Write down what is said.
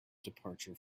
departure